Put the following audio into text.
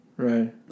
Right